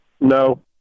No